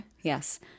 yes